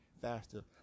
faster